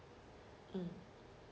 mm